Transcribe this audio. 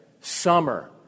Summer